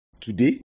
today